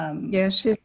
Yes